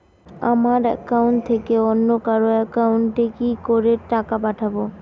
আমার একাউন্ট থেকে অন্য কারো একাউন্ট এ কি করে টাকা পাঠাবো?